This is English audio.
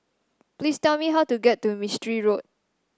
please tell me how to get to Mistri Road